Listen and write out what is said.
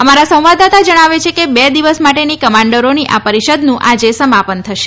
અમારા સંવાદદાતા જણાવે છે કે બે દિવસ માટેની કમાન્ડરોની આ પરિષદનું આજે સમાપન થશે